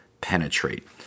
penetrate